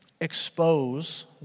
expose